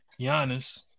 Giannis